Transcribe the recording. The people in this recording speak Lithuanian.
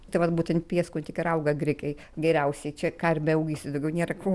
tai vat būtent prieskon tik ir auga grikiai geriausiai čia ką ir beaugysi daugiau niera kų